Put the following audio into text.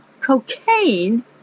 cocaine